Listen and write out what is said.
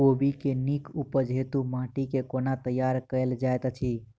कोबी केँ नीक उपज हेतु माटि केँ कोना तैयार कएल जाइत अछि?